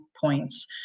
points